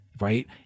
right